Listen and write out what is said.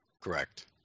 Correct